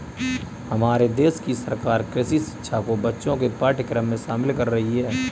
हमारे देश की सरकार कृषि शिक्षा को बच्चों के पाठ्यक्रम में शामिल कर रही है